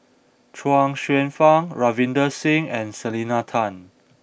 Chuang Hsueh Fang Ravinder Singh and Selena Tan